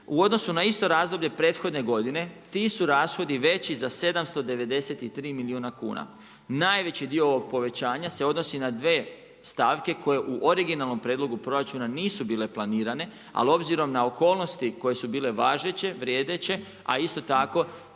u odnosu na isto razdoblje prethodne godine ti su rashodi veći za 793 milijuna kuna. Najveći dio ovog povećanja se odnosi na dvije stavke koje u originalnom prijedlogu proračuna nisu bile planirane, ali obzirom na okolnosti koje su bile važeće vrijedeće, a isto tako